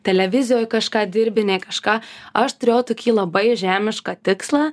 televizijoj kažką dirbi nei kažką aš turėjau tokį labai žemišką tikslą